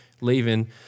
Leaving